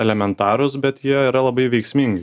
elementarūs bet jie yra labai veiksmingi